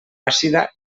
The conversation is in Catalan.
àcida